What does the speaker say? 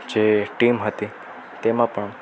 જે ટીમ હતી તેમાં પણ